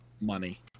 money